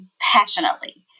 passionately